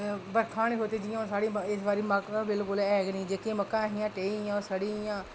ते बरखा नेईं होने करी जि'यां साढ़ी मक्क गै इस बारी ऐ गै नेईं ते जेह्कियां मक्कां हियां ओह् ढेहियां ओह् सड़ी गेइयां